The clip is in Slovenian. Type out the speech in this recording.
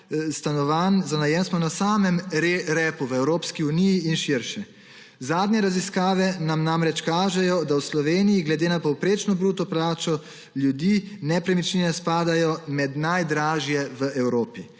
stanovanj za najem smo na samem repu v Evropski uniji in širše. Zadnje raziskave namreč kažejo, da v Sloveniji glede na povprečno bruto plačo ljudi nepremičnine spadajo med najdražje v Evropi.